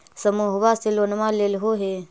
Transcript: समुहवा से लोनवा लेलहो हे?